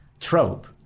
trope